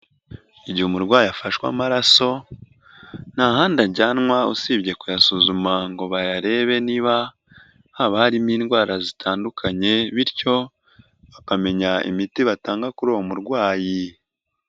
igihe umurwayi afashwe amaraso nta handi ajyanwa usibye kuyasuzuma ngo bayarebe niba haba harimo indwara zitandukanye, bityo bakamenya imiti batanga kuri uwo murwayi.